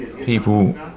people